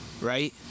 right